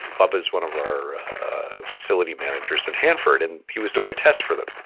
bubba is one of our facility managers in hanford, and he was doing a test for them.